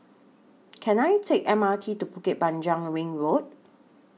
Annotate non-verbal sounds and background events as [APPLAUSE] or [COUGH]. [NOISE] Can I Take M R T to Bukit Panjang Ring Road